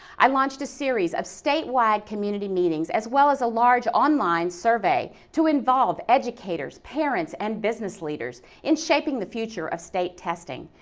i launched a series of statewide community meetings as well as a large on-line survey to involve educators, parents and business leaders in shaping the future of state testing.